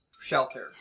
shelter